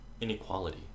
inequality